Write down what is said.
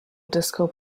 disco